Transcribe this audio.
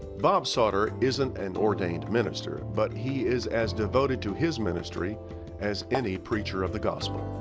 bob sauter isn't an ordained minister, but he is as devoted to his ministry as any preacher of the gospel.